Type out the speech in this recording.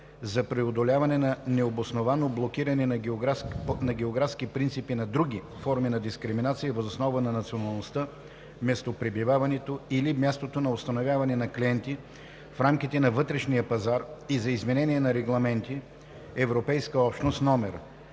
за преодоляване на необоснованото блокиране на географски принцип и на други форми на дискриминация въз основа на националността, местопребиваването или мястото на установяване на клиентите в рамките на вътрешния пазар и за изменение на регламенти (ЕО) №